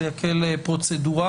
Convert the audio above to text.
זה יקל פרוצדורלית.